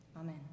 Amen